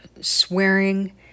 swearing